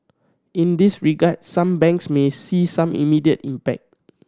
in this regard some banks may see some immediate impact